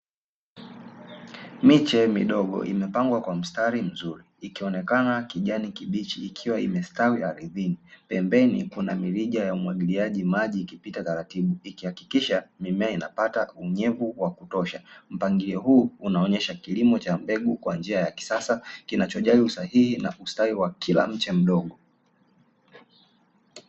Miche midogo imepangwa kwa mstari mzuri, ikionekana kijani kibichi ikiwa imestawi ardhini. Pembeni kuna mirija ya umwagiliaji maji, ikipita taratibu ikihakikisha mimea inapata unyevu wa kutosha. Mpangilio huu unaonyesha kilimo cha mbegu kwa njia ya kisasa kinachojali usahihi na ustawi wa kila mche mdogo.